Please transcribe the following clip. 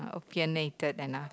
opinionated enough